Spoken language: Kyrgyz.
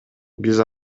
биз